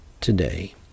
today